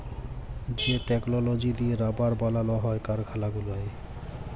যে টেকললজি দিঁয়ে রাবার বালাল হ্যয় কারখালা গুলায়